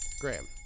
Graham